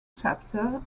chapters